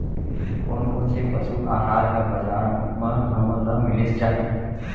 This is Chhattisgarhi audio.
कोन कोन से पसु आहार ह बजार म हमन ल मिलिस जाही?